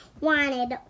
wanted